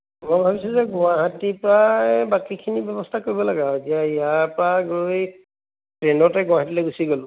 মই ভাবিছোঁ যে গুৱাহাটীৰ পৰা বাকীখিনি ব্যৱস্থা কৰিব লাগে আৰু এতিয়া ইয়াৰ পৰা গৈ ট্ৰেইনতে গুৱাহাটীলৈ গুচি গ'লোঁ